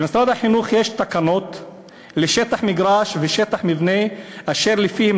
למשרד החינוך יש תקנות לשטח מגרש ושטח מבנה אשר לפיהן